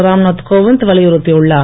ராம்நாத் கோவிந்த் வலியுறுத்தியுள்ளார்